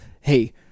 hey